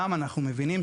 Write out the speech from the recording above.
וכו'.